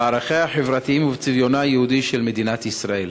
בערכיה החברתיים ובצביונה היהודי של מדינת ישראל?